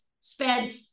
spent